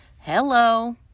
Hello